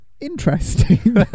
interesting